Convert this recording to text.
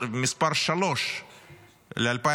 מס' שלוש ל-2024,